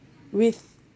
with